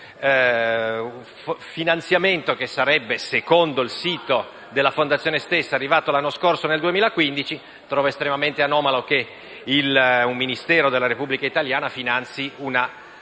finanziamento che, secondo il sito della fondazione stessa, sarebbe arrivato l'anno scorso, nel 2015. Trovo estremamente anomalo che un Ministero della Repubblica italiana finanzi una fondazione